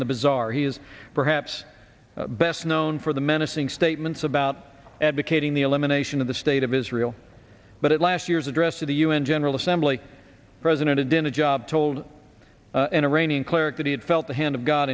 in the bazaar he is perhaps best known for the menacing statements about advocating the elimination of the state of israel but at last year's address of the un general assembly president in a job told an iranian cleric that he had felt the hand of god